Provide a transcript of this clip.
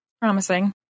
Promising